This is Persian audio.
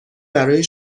برای